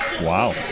wow